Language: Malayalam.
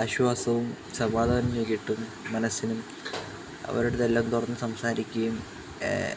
ആശ്വാസോം സമാധാനോം കിട്ടും മനസിനും അവർടെതെല്ലാം തുറന്ന് സംസാരിയ്ക്കേം